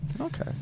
Okay